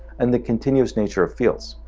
and the continuous nature of fields.